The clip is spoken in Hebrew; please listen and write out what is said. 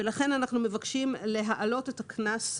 לכן אנחנו מבקשים להעלות את גובה הקנס.